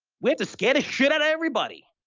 we have to scare the shit out everybody.